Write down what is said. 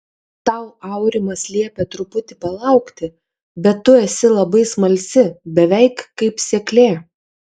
tau aurimas liepė truputį palaukti bet tu esi labai smalsi beveik kaip seklė